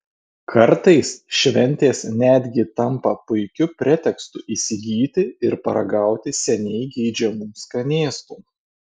kartais šventės netgi tampa puikiu pretekstu įsigyti ir paragauti seniai geidžiamų skanėstų